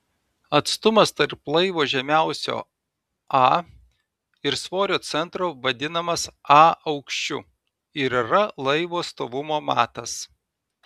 atstumas tarp laivo žemiausio a ir svorio centro vadinamas a aukščiu ir yra laivo stovumo matas